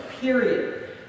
period